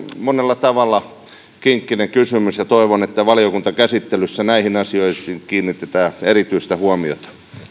monella tavalla kinkkinen kysymys ja toivon että valiokuntakäsittelyssä näihin asioihin kiinnitetään erityistä huomiota